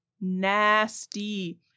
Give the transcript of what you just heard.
Nasty